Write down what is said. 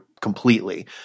completely